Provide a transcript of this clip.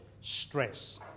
stress